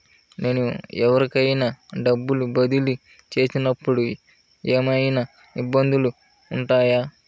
నేను ఎవరికైనా డబ్బులు బదిలీ చేస్తునపుడు ఏమయినా ఇబ్బందులు వుంటాయా?